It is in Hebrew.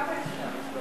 כמה אפשר?